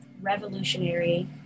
revolutionary